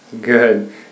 Good